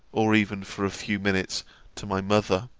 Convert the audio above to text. or even for a few minutes to my mother.